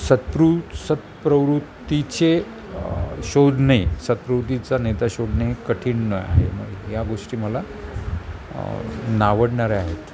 सत्रु सत्प्रवृत्तीचे शोधणे सत्प्रवृत्तीचा नेता शोधणे कठीण न आहे या गोष्टी मला नावडणाऱ्या आहेत